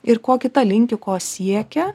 ir ko kita linki ko siekia